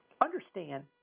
Understand